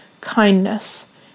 kindness